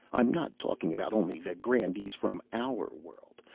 i'm not talking about only the grandees from our world,